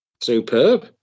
Superb